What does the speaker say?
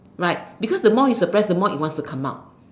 right because the more you suppress the more it wants to come out